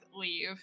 leave